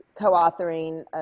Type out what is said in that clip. co-authoring